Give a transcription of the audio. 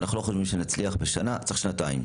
אנחנו לא חושבים שנצליח בשנה, צריך שנתיים.